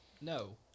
no